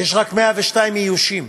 ויש רק 102 איושים.